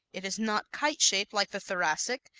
is not kite-shaped like the thoracic,